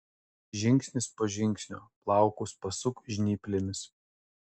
žingsnis po žingsnio plaukus pasuk žnyplėmis